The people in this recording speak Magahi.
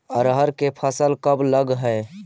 अरहर के फसल कब लग है?